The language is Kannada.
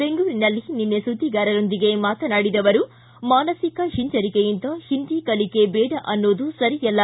ಬೆಂಗಳೂರಿನಲ್ಲಿ ನಿನ್ನೆ ಸುದ್ದಿಗಾರರೊಂದಿಗೆ ಮಾತನಾಡಿದ ಅವರು ಮಾನಸಿಕ ಹಿಂಜರಿಕೆಯಿಂದ ಹಿಂದಿ ಕಲಿಕೆ ಬೇಡ ಅನ್ನೋದು ಸರಿ ಅಲ್ಲ